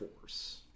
Force